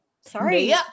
sorry